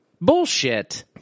Bullshit